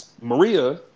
Maria